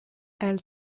elle